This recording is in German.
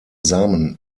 samen